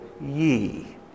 ye